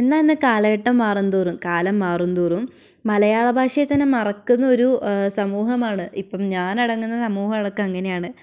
എന്നാൽ ഇന്ന് കാലഘട്ടം മാറുന്തോറും കാലം മാറുന്തോറും മലയാളഭാഷയെ തന്നെ മറക്കുന്നൊരു സമൂഹാമാണ് ഇപ്പം ഞാനടങ്ങുന്ന സമൂഹടക്കം അങ്ങനെയാണ്